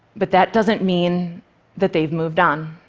but that doesn't mean that they've moved on.